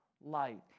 light